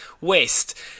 West